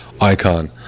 icon